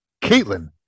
Caitlin